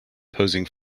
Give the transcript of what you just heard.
posing